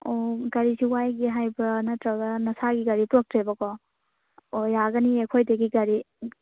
ꯑꯣ ꯒꯥꯔꯤꯁꯨ ꯋꯥꯏꯒꯦ ꯍꯥꯏꯕ꯭ꯔꯥ ꯅꯠꯇ꯭ꯔꯒ ꯅꯁꯥꯒꯤ ꯒꯥꯔꯤ ꯄꯨꯔꯛꯇ꯭ꯔꯦꯕꯀꯣ ꯑꯣ ꯌꯥꯒꯅꯤꯌꯦ ꯑꯩꯈꯣꯏꯗꯒꯤ ꯒꯥꯔꯤ ꯎꯝ